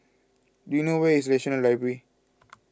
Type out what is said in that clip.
do you know where is National Library